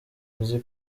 uzi